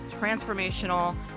transformational